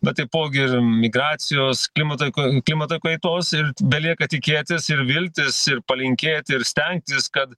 bet taipogi ir migracijos klimato k klimato kaitos ir belieka tikėtis ir viltis ir palinkėt ir stengtis kad